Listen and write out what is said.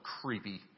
creepy